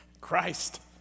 Christ